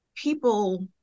people